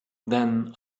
then